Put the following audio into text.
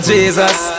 Jesus